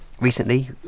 recently